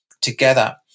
together